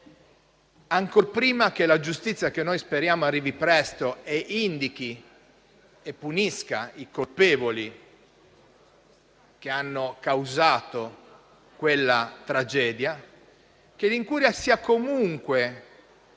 ancor prima che la giustizia, che noi speriamo arrivi presto, indichi e punisca i colpevoli che hanno causato quella tragedia. Basta dimostrare